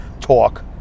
talk